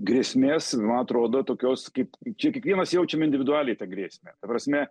grėsmės man atrodo tokios kaip čia kiekvienas jaučiam individualiai tą grėsmę ta prasme